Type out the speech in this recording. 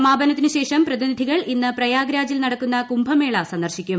സമാപനത്തിനുശേഷം പ്രതിനിധികൾ ഇന്ന് പ്രയാഗ് രാജിൽ നടക്കുന്ന കുംഭമേള സന്ദർശിക്കും